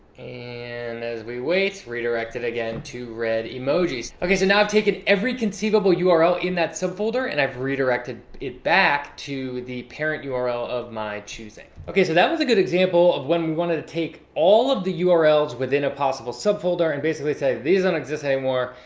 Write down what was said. and as we wait, redirected again to red emojis. okay, so i've taken every conceivable yeah url in that sub-folder, and i've redirected it back to the parent yeah url of my choosing. okay, so that was a good example of when we want to take all of the yeah urls within a possible sub-folder and basically say, these don't and exist anymore,